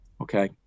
okay